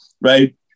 right